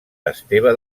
esteve